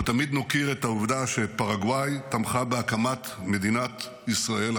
אנחנו תמיד נוקיר את העובדה שפרגוואי תמכה בהקמת מדינת ישראל,